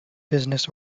business